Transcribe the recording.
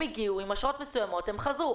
הם הגיעו עם אשרות מסוימות והם חזרו.